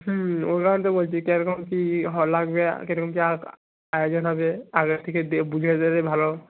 হুম ওই কারণেই তো বলছি কেরকম কি লাগবে কেরকম কি আয়োজন হবে আগে থেকে বুঝিয়ে দিলেই ভালো